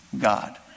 God